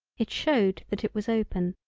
it showed that it was open,